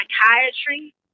psychiatry